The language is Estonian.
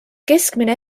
keskmine